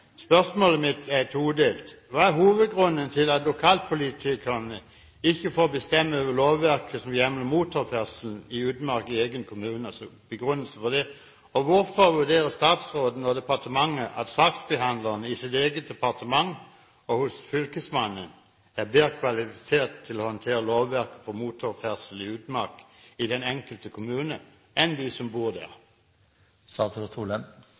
Spørsmålet mitt er todelt: Hva er hovedgrunnen til at lokalpolitikerne ikke får bestemme over lovverket som hjemler motorferdselen i utmark i egen kommune? Hvorfor vurderer statsråden og departementet det slik at saksbehandlere i deres eget departement og hos Fylkesmannen er bedre kvalifisert til å håndtere lovverket for motorferdsel i utmark i den enkelte kommune enn de som bor